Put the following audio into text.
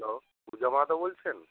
hello Puja Mahato বলছেন